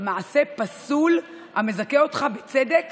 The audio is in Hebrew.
מעשה פסול המזכה אותך בצדק